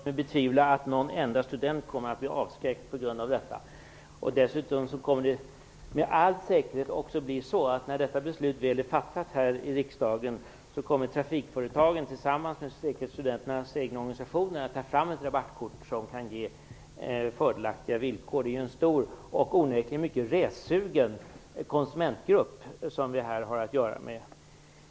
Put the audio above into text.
Herr talman! Jag tillåter mig att betvivla att någon enda student kommer att bli avskräckt av detta. Dessutom kommer det med all säkerhet bli så att när detta beslut väl är fattat här i riksdagen, kommer trafikföretagen tillsammans med studenternas egna organisationer att ta fram ett rabattkort som kan ge fördelaktiga villkor. Det är en stor och onekligen mycket ressugen konsumentgrupp som vi här har att göra med.